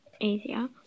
easier